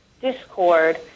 discord